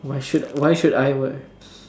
why should I why should I wor~